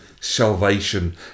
salvation